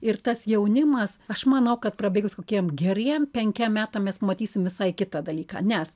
ir tas jaunimas aš manau kad prabėgus kokiem geriem penkiem metam mes matysim visai kitą dalyką nes